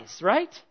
right